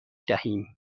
دهیم